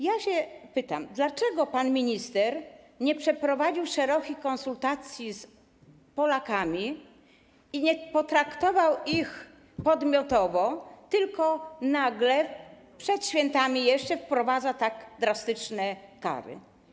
Ja się pytam: Dlaczego pan minister nie przeprowadził szerokich konsultacji z Polakami i nie potraktował ich podmiotowo, tylko nagle przed świętami jeszcze wprowadza tak drastyczne kary?